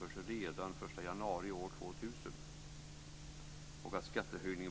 för branschen.